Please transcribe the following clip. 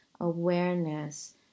awareness